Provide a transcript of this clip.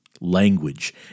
language